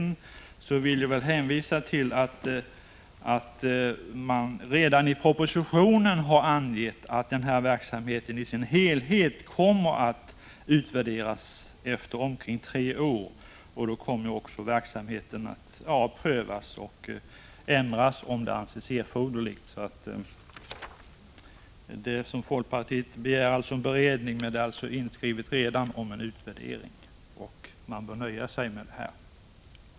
I det avseendet vill jag hänvisa till att man redan i propositionen har angett att denna verksamhet i dess helhet kommer att utvärderas efter omkring tre år. Verksamheten kommer då att ändras, om så anses erforderligt. Med detta anser utskottet att riksdagen bör låta sig nöja.